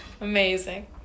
Amazing